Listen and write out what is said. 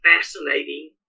fascinating